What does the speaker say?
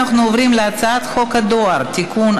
אנחנו עוברים להצעת חוק הדואר (תיקון,